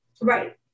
Right